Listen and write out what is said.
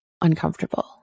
uncomfortable